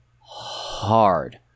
hard